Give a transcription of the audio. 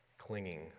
clinging